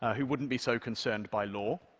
who wouldn't be so concerned by law,